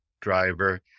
driver